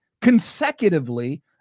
consecutively